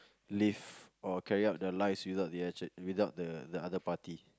live or carry their lives without the other party